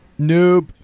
Noob